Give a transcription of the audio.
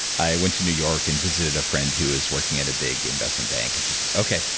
i went to new york and visited a friend who is working at a big investment bank, and she's like okay,